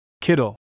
Kittle